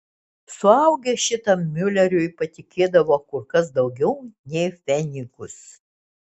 suaugę šitam miuleriui patikėdavo kur kas daugiau nei pfenigus